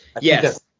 Yes